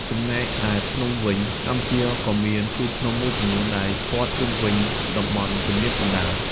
ចំណែកឯភ្នំវិញ កម្ពុជាក៏មានជួរភ្នំមួយចំនួនដែលព័ទ្ធជុំវិញតំបន់ទំនាបកណ្តាល។